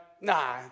nah